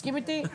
תסכים איתי?